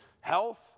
health